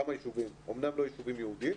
אמנם לא יישובים יהודים.